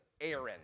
Aaron